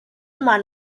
immer